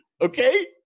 okay